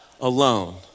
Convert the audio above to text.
alone